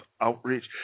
Outreach